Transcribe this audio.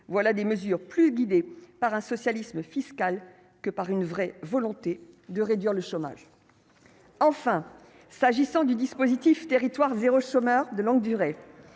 voilà des mesures plus guidé par un socialisme fiscal que par une vraie volonté de réduire le chômage, enfin, s'agissant du dispositif territoires zéro, chômeur de longue durée,